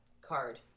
card